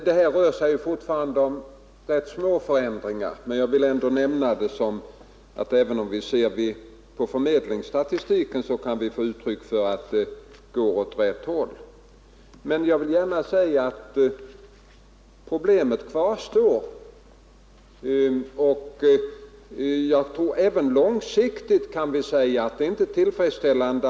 Det här rör sig emellertid fortfarande om rätt små förändringar, men jag har velat visa att även om vi håller oss till arbetslöshetsregistreringen vid förmedlingarna finner vi uttryck för att det går åt rätt håll. Men jag vill gärna framhålla att ungdomsarbetslösheten kvarstår som ett problem och att det även långsiktigt inte är tillfredsställande.